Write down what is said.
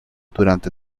durante